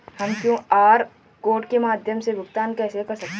हम QR code के माध्यम से भुगतान कैसे कर सकते हैं?